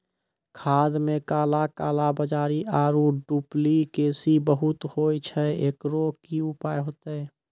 खाद मे काला कालाबाजारी आरु डुप्लीकेसी बहुत होय छैय, एकरो की उपाय होते?